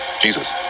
Jesus